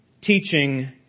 teaching